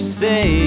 say